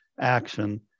action